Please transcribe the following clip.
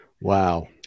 Wow